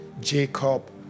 Jacob